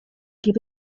give